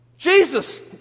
Jesus